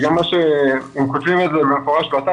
הם גם כותבים את זה במפורש באתר.